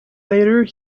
later